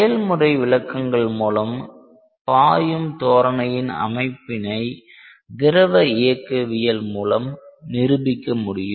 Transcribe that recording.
செயல் முறை விளக்கங்கள் மூலம் பாயும் தோரணையின் அமைப்பினை திரவ இயக்கவியல் மூலம் நிரூபிக்க முடியும்